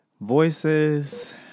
voices